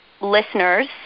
listeners